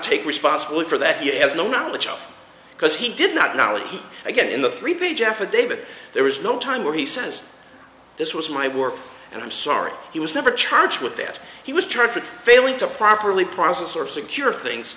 take responsibility for that he has no knowledge of because he did not knowledge again in the three page affidavit there was no time where he says this was my work and i'm sorry he was never charged with that he was charged with failing to properly process or secure things